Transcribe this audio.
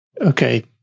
okay